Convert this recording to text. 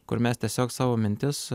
kur mes tiesiog savo mintis